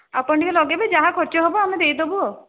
ଆପଣ ଟିକେ ଲଗାଇବେ ଯାହା ଖର୍ଚ୍ଚ ହବ ଆମେ ଦେଇ ଦେବୁ ଆଉ